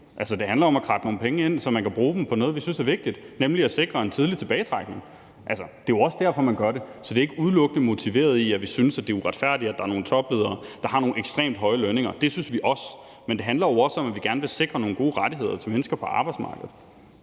det handler om at kradse nogle penge ind, så man kan bruge dem på noget, vi synes er vigtigt, nemlig at sikre en tidlig tilbagetrækning. Det er jo også derfor, man gør det. Så det er ikke udelukkende motiveret i, at vi synes, det er uretfærdigt, at der er nogle topledere, der har nogle ekstremt høje lønninger; det synes vi også, men det handler jo også om, at vi gerne vil sikre nogle gode rettigheder til mennesker på arbejdsmarkedet.